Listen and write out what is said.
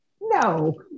No